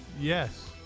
Yes